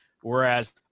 whereas